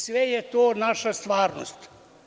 Sve je to naša stvarnost.